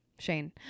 Shane